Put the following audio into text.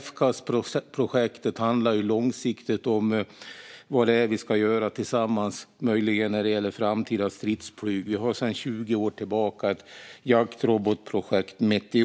FCAS-projektet handlar långsiktigt om vad vi möjligen ska göra tillsammans när det gäller framtida stridsflyg, och vi har sedan 20 år tillbaka ett jaktrobotprojekt, Meteor.